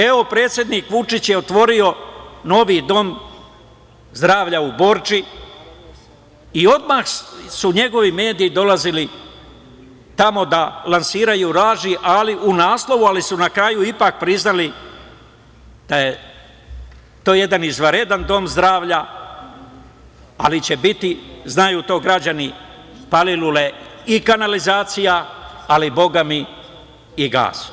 Evo, predsednik Vučić je otvorio novi Dom zdravlja u Borči i odmah su njegovi mediji dolazili tamo da lansiraju laži u naslovu, ali su na kraju ipak priznali da je to jedan izvanredan dom zdravlja, ali će biti, znaju to građani Palilule, i kanalizacija, ali, Boga mi, i gas.